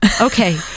okay